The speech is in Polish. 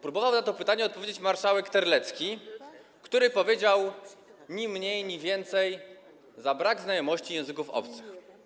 Próbował na to pytanie odpowiedzieć marszałek Terlecki, który powiedział ni mniej, ni więcej: za brak znajomości języków obcych.